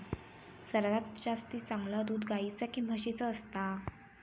सर्वात जास्ती चांगला दूध गाईचा की म्हशीचा असता?